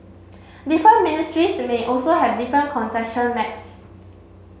different ministries may also have different concession maps